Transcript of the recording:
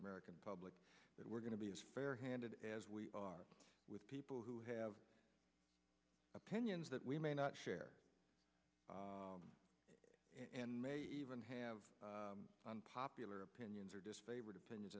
american public that we're going to be as fair handed as we are with people who have opinions that we may not share and may even have unpopular opinions or disfavored opinions